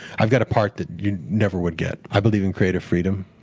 i've got a part that you never would get. i believe in creative freedom.